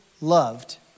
loved